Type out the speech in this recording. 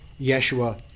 Yeshua